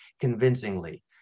convincingly